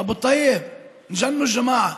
אתם השתגעתם?)